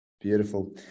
Beautiful